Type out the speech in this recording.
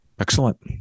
Excellent